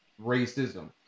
Racism